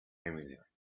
familiar